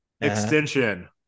extension